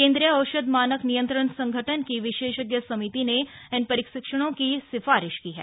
केन्द्रीय औषध मानक नियंत्रण संगठन की विशेषज्ञ समिति ने इन परीक्षणों की सिफारिश की है